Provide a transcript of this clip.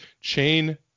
chain